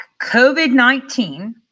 COVID-19